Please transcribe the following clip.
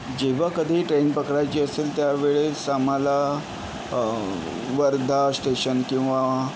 जेव्हा कधी ट्रेन पकडायची असेल त्या वेळेस आम्हाला वर्धा स्टेशन किंवा